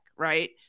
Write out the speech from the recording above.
right